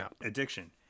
addiction